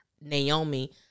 Naomi